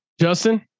Justin